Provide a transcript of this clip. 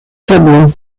sablons